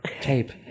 tape